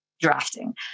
drafting